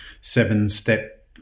seven-step